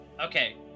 Okay